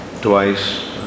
twice